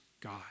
God